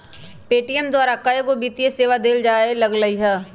Paytm द्वारा कएगो वित्तीय सेवा देल जाय लगलई ह